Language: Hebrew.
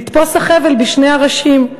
"לתפוס החבל בשני ראשין: